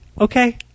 okay